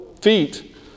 feet